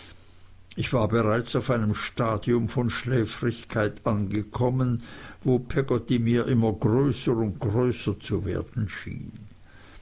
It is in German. ich war bereits auf einem stadium von schläfrigkeit angekommen wo peggotty mir immer größer und größer zu werden schien